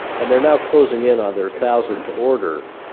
and they're now closing in on their thousandth order.